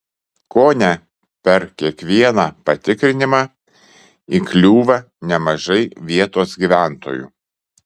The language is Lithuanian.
kone per kiekvieną patikrinimą įkliūva nemažai vietos gyventojų